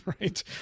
Right